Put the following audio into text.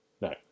no